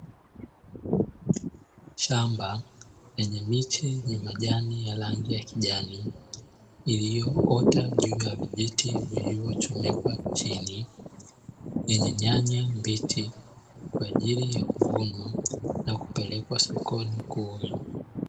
Shamba lenye miche yenye majani ya rangi ya kijani iliyoota juu ya vijiti vilivyochomekwa chini, yenye nyanya mbichi kwa ajili ya kuvunwa na kupelekwa sokoni kuuzwa.